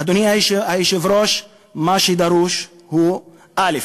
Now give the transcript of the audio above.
אדוני היושב-ראש, מה שדרוש הוא, א.